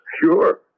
Sure